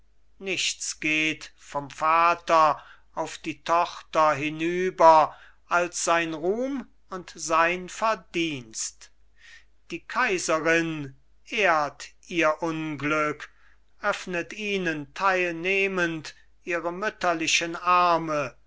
nichts geht vom vater auf die tochter hinüber als sein ruhm und sein verdienst die kaiserin ehrt ihr unglück öffnet ihnen teilnehmend ihre mütterlichen arme